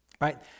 Right